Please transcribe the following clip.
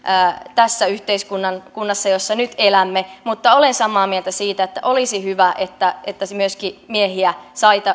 tässä yhteiskunnassa jossa nyt elämme mutta olen samaa mieltä siitä että olisi hyvä että että myöskin miehiä